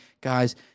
guys